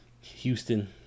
Houston